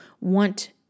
want